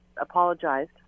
apologized